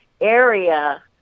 area